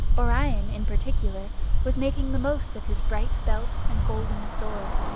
orion in particular was making the most of his bright belt and golden sword.